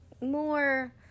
more